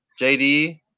JD